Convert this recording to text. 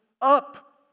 up